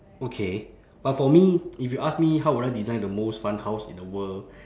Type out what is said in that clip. okay but for me if you ask me how would I design the most fun house in the world